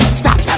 stop